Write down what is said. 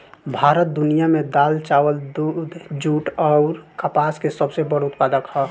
भारत दुनिया में दाल चावल दूध जूट आउर कपास के सबसे बड़ उत्पादक ह